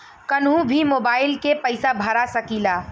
कन्हू भी मोबाइल के पैसा भरा सकीला?